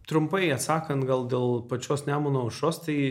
trumpai atsakant gal dėl pačios nemuno aušros tai